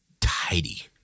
tidy